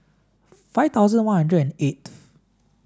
five thousand one hundred and eighth